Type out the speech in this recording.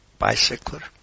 bicycler